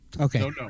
Okay